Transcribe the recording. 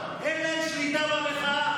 אין להם שליטה במחאה.